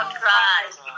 Christ